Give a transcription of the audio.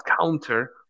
counter